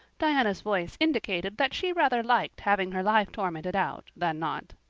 diana's voice indicated that she rather liked having her life tormented out than not.